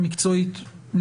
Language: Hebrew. המקצועית,